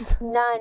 none